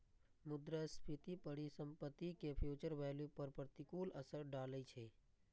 मुद्रास्फीति परिसंपत्ति के फ्यूचर वैल्यू पर प्रतिकूल असर डालै छै